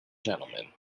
gentlemen